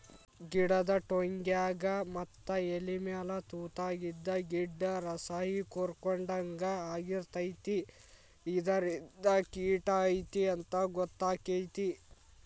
ಗಿಡದ ಟ್ವಂಗ್ಯಾಗ ಮತ್ತ ಎಲಿಮ್ಯಾಲ ತುತಾಗಿದ್ದು ಗಿಡ್ದ ರಸಾಹಿರ್ಕೊಡ್ಹಂಗ ಆಗಿರ್ತೈತಿ ಇದರಿಂದ ಕಿಟ ಐತಿ ಅಂತಾ ಗೊತ್ತಕೈತಿ